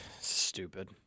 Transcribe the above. Stupid